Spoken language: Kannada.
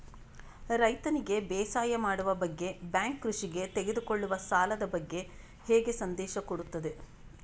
ರೈತನಿಗೆ ಬೇಸಾಯ ಮಾಡುವ ಬಗ್ಗೆ ಬ್ಯಾಂಕ್ ಕೃಷಿಗೆ ತೆಗೆದುಕೊಳ್ಳುವ ಸಾಲದ ಬಗ್ಗೆ ಹೇಗೆ ಸಂದೇಶ ಕೊಡುತ್ತದೆ?